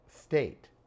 state